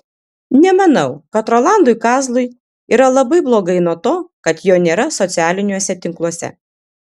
nemanau kad rolandui kazlui yra labai blogai nuo to kad jo nėra socialiniuose tinkluose